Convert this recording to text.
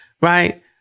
Right